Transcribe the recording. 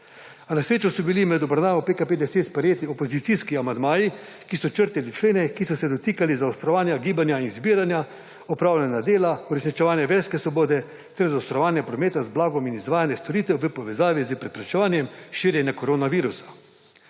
A na srečo so bili med obravnavo PKP10 sprejeti opozicijski amandmaji, ki so črtali člene, ki so se dotikali zaostrovanja gibanja in zbiranja, opravljanja dela, uresničevanja verske svobode ter zaostrovanja prometa z blagom in izvajanje storitev v povezavi s preprečevanjem širjenja koronavirusa.